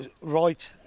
right